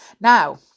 Now